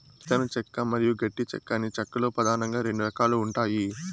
మెత్తని చెక్క మరియు గట్టి చెక్క అని చెక్క లో పదానంగా రెండు రకాలు ఉంటాయి